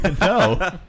No